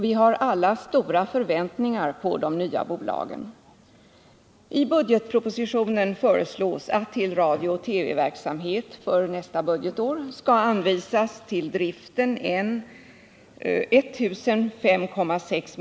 Vi har alla stora förväntningar på de nya bolagen.